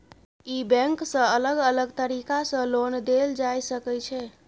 ई bank सँ अलग अलग तरीका सँ लोन देल जाए सकै छै